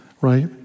right